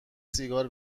سیگار